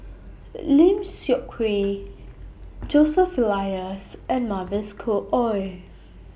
Lim Seok Hui Joseph Elias and Mavis Khoo Oei